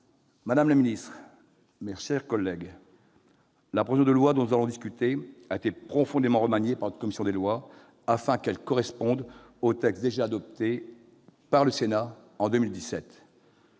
Madame la ministre, mes chers collègues, la proposition de loi dont nous allons discuter a été profondément remaniée par notre commission des lois, afin qu'elle corresponde au texte déjà adopté par le Sénat en 2017.